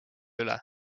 üle